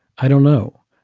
i don't know.